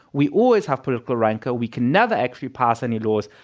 we always have political rancor. we can never actually pass any laws.